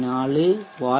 7 0